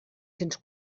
cents